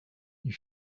you